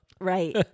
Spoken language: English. Right